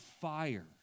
fire